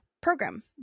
Program